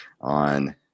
on